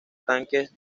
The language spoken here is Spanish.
tanques